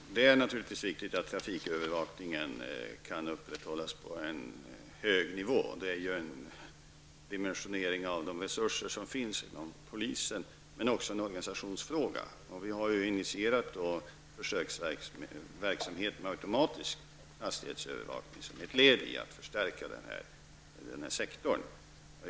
Herr talman! Det är naturligtvis viktigt att trafikövervakningen kan upprätthållas på en hög nivå. Det är en fråga om dimensionering av de resurser som finns inom polisen, men det är också en organisationsfråga. Som ett led i att förstärka denna sektor har det initierats försöksverksamhet med automatisk hastighetsövervakning.